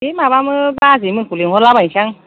बे माबामोन बाजै मोनखौ लिंहरला बायसां